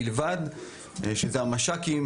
מש"קים